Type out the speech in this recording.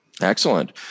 Excellent